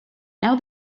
now